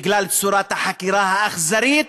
בגלל צורת החקירה האכזרית,